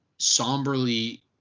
somberly